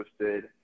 posted